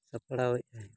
ᱥᱟᱯᱲᱟᱣᱮᱫ ᱟᱭ